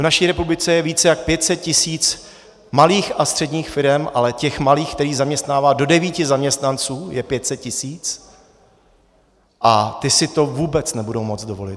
V naší republice je více než 500 tisíc malých a středních firem, ale těch malých, které zaměstnávají do devíti zaměstnanců, je 500 tisíc, a ty si to vůbec nebudou moci dovolit.